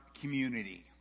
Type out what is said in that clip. community